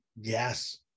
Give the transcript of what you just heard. Yes